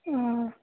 অঁ